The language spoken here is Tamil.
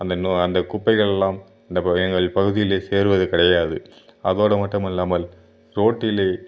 அந்த நோ அந்த குப்பைகள்லாம் இந்த ப எங்கள் பகுதியில் சேர்வது கிடையாது அதோடய மட்டும் அல்லாமல் ரோட்டில்